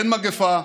אין מגפה,